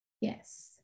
Yes